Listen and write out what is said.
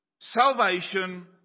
Salvation